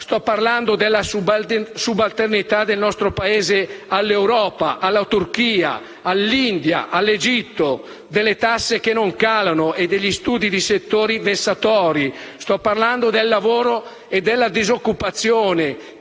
Sto parlando della subalternità del nostro Paese all'Europa, alla Turchia, all'India, all'Egitto; delle tasse che non calano e degli studi di settore vessatori. Sto parlando del lavoro e della disoccupazione,